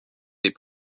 des